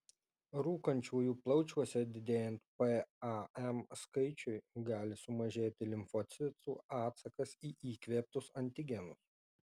rūkančiųjų plaučiuose didėjant pam skaičiui gali sumažėti limfocitų atsakas į įkvėptus antigenus